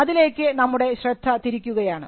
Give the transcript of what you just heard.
അതിലേക്ക് നമ്മുടെ ശ്രദ്ധ തിരിക്കുകയാണ്